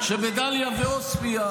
אבל זאת דמגוגיה.